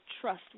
trust